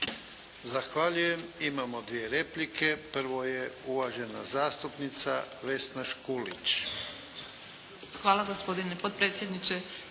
Zahvaljujem. Imamo dvije replike. Prvo je uvažena zastupnica Vesna Škulić.